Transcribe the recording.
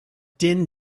din